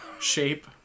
Shape